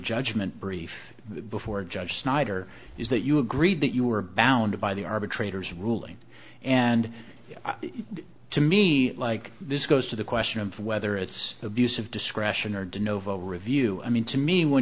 judgment brief before a judge snyder is that you agreed that you were bound by the arbitrators ruling and to me like this goes to the question of whether it's abuse of discretion or did novo review i mean to me when